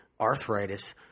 arthritis